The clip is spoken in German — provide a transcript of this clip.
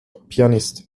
pianist